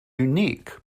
unique